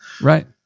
Right